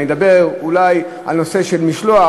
אני אדבר אולי על נושא של משלוח.